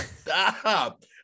stop